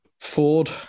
Ford